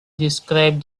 described